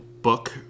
book